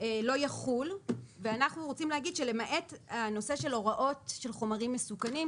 לא יחול ואנחנו רוצים להגיד שלמעט הנושא של הוראות של חומרים מסוכנים,